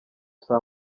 saa